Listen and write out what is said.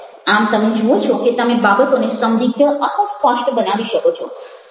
આમ તમે જુઓ છો કે તમે બાબતોને સંદિગ્ધ અથવા સ્પષ્ટ બનાવી શકો છો